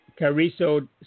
cariso